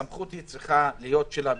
הסמכות צריכה להיות שלנו,